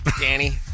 Danny